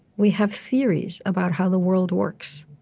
we have theories about how the world works.